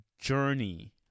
journey